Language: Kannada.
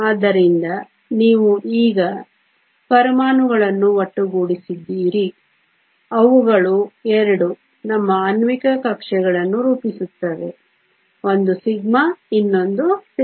ಆದ್ದರಿಂದ ನೀವು ಈಗ ಪರಮಾಣುಗಳನ್ನು ಒಟ್ಟುಗೂಡಿಸಿದ್ದೀರಿ ಅವುಗಳು 2 ನಮ್ಮ ಆಣ್ವಿಕ ಕಕ್ಷೆಗಳನ್ನು ರೂಪಿಸುತ್ತವೆ ಒಂದು σ ಇನ್ನೊಂದು σ